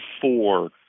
four